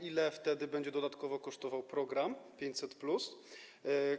Ile wtedy będzie dodatkowo kosztował program 500+?